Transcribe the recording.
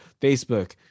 Facebook